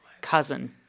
cousin